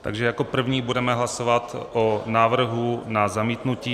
Takže jako první budeme hlasovat o návrhu na zamítnutí.